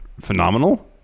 phenomenal